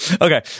Okay